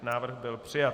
Návrh byl přijat.